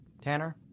Tanner